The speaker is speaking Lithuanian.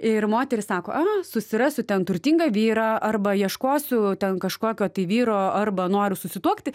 ir moterys sako a susirasiu ten turtingą vyrą arba ieškosiu ten kažkokio tai vyro arba noriu susituokti